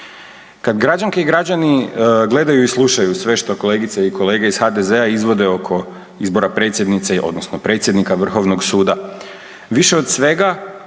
Kad građanke i građani gledaju i slušaju sve što kolegice i kolege iz HDZ-a izvode oko izbora predsjednice, odnosno predsjednika Vrhovnog suda, više od svega